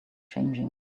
changing